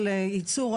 על ייצור,